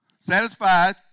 Satisfied